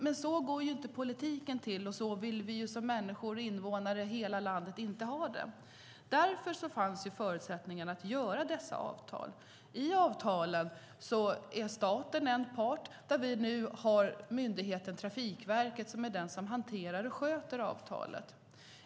Men så går inte politiken till och så vill människor, invånare i landet inte ha det. Därför fanns förutsättningen att göra dessa avtal. I avtalen är staten en part där vi nu har myndigheten Trafikverket som hanterar och sköter avtalet.